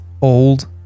old